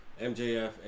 MJF